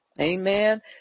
Amen